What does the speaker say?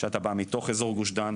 שאתה בא מתוך אזור גוש דן,